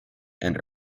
and